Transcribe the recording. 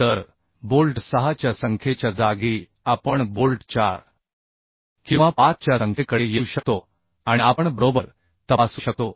तर बोल्ट 6 च्या संख्येच्या जागी आपण बोल्ट 4 किंवा 5 च्या संख्येकडे येऊ शकतो आणि आपण बरोबर तपासू शकतो